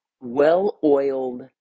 well-oiled